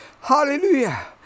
Hallelujah